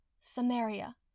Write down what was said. Samaria